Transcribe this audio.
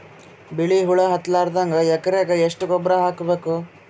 ಬಿಳಿ ಹುಳ ಹತ್ತಲಾರದಂಗ ಎಕರೆಗೆ ಎಷ್ಟು ಗೊಬ್ಬರ ಹಾಕ್ ಬೇಕು?